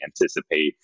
anticipate